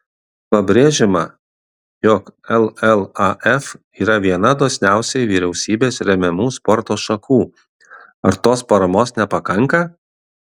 pabrėžiama jog llaf yra viena dosniausiai vyriausybės remiamų sporto šakų ar tos paramos nepakanka